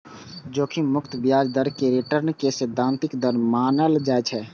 जोखिम मुक्त ब्याज दर कें रिटर्न के सैद्धांतिक दर मानल जाइ छै